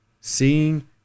Seeing